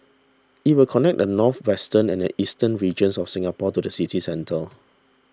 it will connect the northwestern and eastern regions of Singapore to the city centre